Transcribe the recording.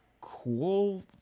cool